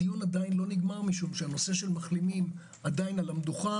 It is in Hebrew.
הדיון עדיין לא נגמר משום שהנושא של מחלימים עדיין על המדוכה